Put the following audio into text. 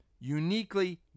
uniquely